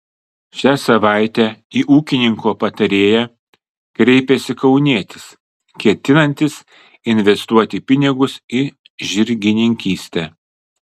šią savaitę į ūkininko patarėją kreipėsi kaunietis ketinantis investuoti pinigus į žirgininkystę